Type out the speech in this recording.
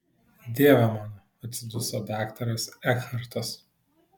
dieve mano atsiduso daktaras ekhartas